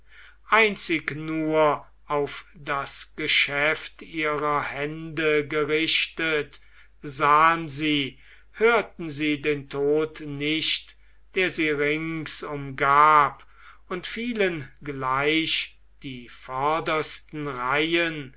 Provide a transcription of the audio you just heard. einzig nur auf das geschäft ihrer hände gerichtet sahen sie hörten sie den tod nicht der sie rings umgab und fielen gleich die vordersten reihen